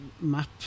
map